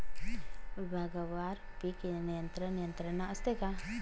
विभागवार पीक नियंत्रण यंत्रणा असते का?